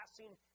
passing